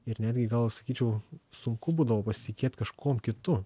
ir netgi gal sakyčiau sunku būdavo pasitikėt kažkuom kitu